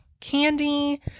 Candy